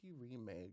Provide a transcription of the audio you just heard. remake